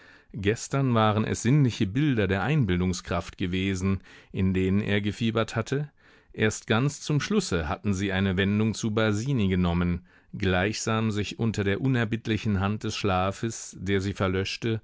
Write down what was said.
gestern waren es sinnliche bilder der einbildungskraft gewesen in denen er gefiebert hatte erst ganz zum schlusse hatten sie eine wendung zu basini genommen gleichsam sich unter der unerbittlichen hand des schlafes der sie verlöschte